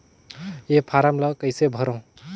ये फारम ला कइसे भरो?